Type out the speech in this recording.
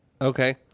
Okay